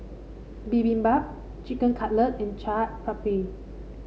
Bibimbap Chicken Cutlet and Chaat Papri